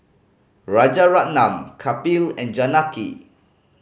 Rajaratnam Kapil and Janaki